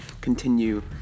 continue